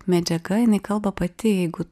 medžiaga jinai kalba pati jeigu